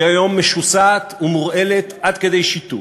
שהיא היום משוסעת ומורעלת עד כדי שיתוק,